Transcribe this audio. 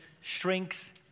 shrinks